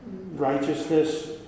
righteousness